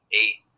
eight